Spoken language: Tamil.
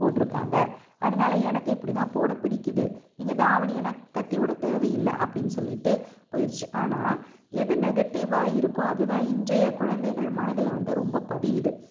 போட்டுருக்காங்க அதனால் எனக்கும் இப்படி தான் போட பிடிக்குது நீங்கள் தாவணி ஆனால் கட்டி விட தேவையில்ல அப்படின்னு சொல்லிட்டு போயிருச்சி ஆனால் எது நெகட்டிவ்வா இருக்கோ அது தான் இன்றைய குழந்தைகள் மனதில் வந்து ரொம்ப பதியுது